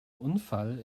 unfall